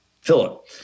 Philip